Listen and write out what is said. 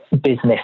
business